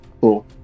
Cool